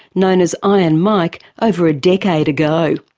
known as iron mike, over a decade ago.